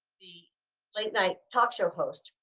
the late-night talk show host,